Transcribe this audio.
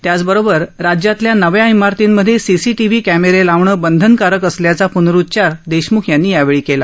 त्याचबरोबर राज्यातल्या नव्या इमारतींमधे सीसीटीव्ही कॅमेरे लावणं बंधनकारक असल्याचा प्नरुच्चार देशम्ख यांनी यावेळी केला